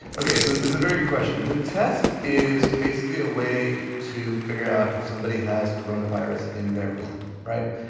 okay. so there's a very good question. the test is basically a way to figure out if somebody has corona virus in their blood. right.